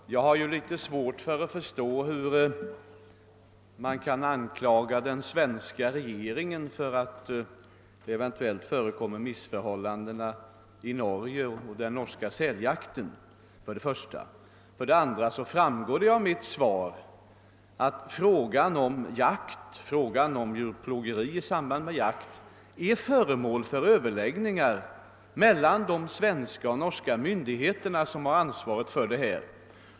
Herr talman! Jag vill först säga att jag har litet svårt för att förstå, hur man kan anklaga den svenska regeringen för att det eventuellt förekommer missförhållanden i Norge i samband med den norska säljakten. För övrigt framgår det av mitt svar att frågan om djurplågeri i samband med jakt är föremål för överläggningar mellan de svenska och norska myndigheter som har ansvaret för detta.